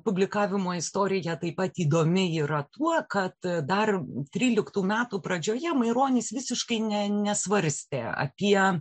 publikavimo istorija taip pat įdomi yra tuo kad dar tryliktų metų pradžioje maironis visiškai ne nesvarstė apie